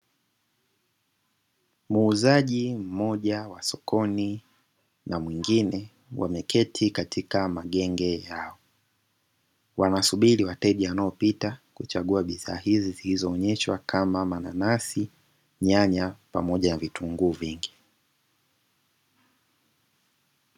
Muuzaji mmoja wa sokoni na mwingine wameketi katika magenge yao, wanasubiri wateja wanaopita kuchagua bidhaa hizi zilizoonyeshwa kama mananasi nyanya pamoja ya vitunguu vingi.